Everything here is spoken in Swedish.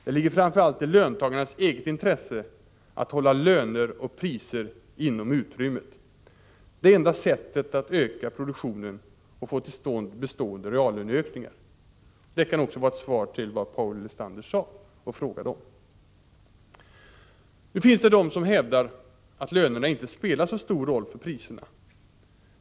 Det ligger framför allt i löntagarnas eget intresse att hålla löner och priser inom utrymmet. Det är enda sättet att öka produktionen och få till stånd — Prot. 1985/86:73 bestående reallöneökningar.” 6 februari 1986 Det kan också vara ett svar på det som Paul Lestander frågade om. Nu finns det de som hävdar att lönerna inte spelar så stor roll för priserna.